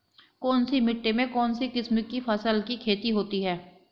कौनसी मिट्टी में कौनसी किस्म की फसल की खेती होती है?